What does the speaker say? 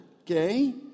okay